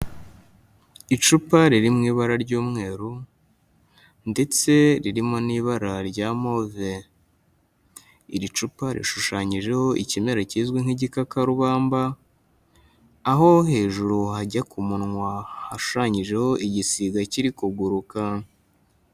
Icupa riri mu ibara ry'umweru ndetse ririmo n'ibara rya move. Iri cupa rishushanyijeho ikimera kizwi nk'igikakarubamba, aho hejuru hajya ku munwa hashushanyijeho igisiga kiri kuguruka.